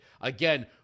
Again